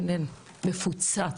הכול מפוצץ.